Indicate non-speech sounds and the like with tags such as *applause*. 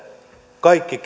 kaikki *unintelligible*